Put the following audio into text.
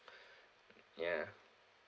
ya